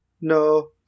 No